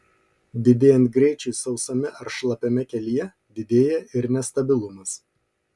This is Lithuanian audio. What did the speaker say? didėjant greičiui sausame ar šlapiame kelyje didėja ir nestabilumas